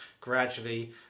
gradually